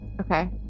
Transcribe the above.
Okay